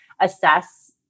assess